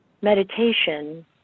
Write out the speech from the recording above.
meditation